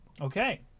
Okay